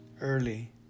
early